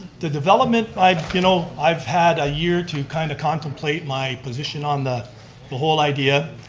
the development, i've you know i've had a year to kind of contemplate my position on the the whole idea.